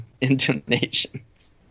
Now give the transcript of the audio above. intonations